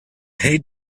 hate